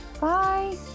bye